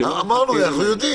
אמרנו, אנחנו יודעים.